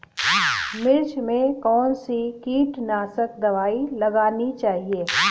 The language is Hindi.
मिर्च में कौन सी कीटनाशक दबाई लगानी चाहिए?